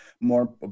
more